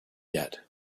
yet